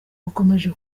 wakomeje